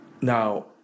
Now